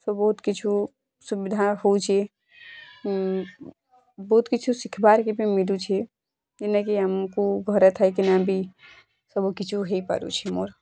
ସବୁ ବହୁତ୍ କିଛୁ ସୁବିଧା ହଉଛେ ବହୁତ୍ କିଛୁ ଶିଖବାର୍କେ ବି ମିଳୁଛେ ଯେନ୍ତା କି ଆମକୁ ଘରେ ଥାଇକିନା ବି ସବୁକିଛୁ ହେଇପାରୁଛି ମୋର